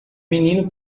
menino